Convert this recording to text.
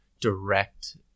direct